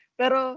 pero